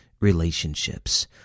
relationships